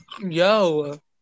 Yo